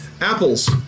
apples